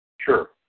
Sure